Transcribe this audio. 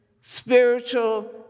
spiritual